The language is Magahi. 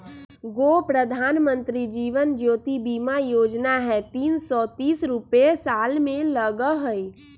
गो प्रधानमंत्री जीवन ज्योति बीमा योजना है तीन सौ तीस रुपए साल में लगहई?